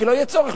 כי לא יהיה צורך,